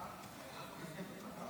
תודה